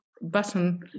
button